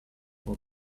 for